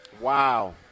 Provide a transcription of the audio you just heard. Wow